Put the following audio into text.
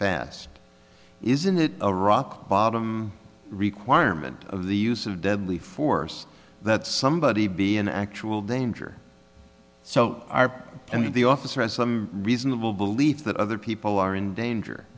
fast isn't that a rock bottom requirement of the use of deadly force that somebody be an actual danger so are and if the officer has a reasonable belief that other people are in danger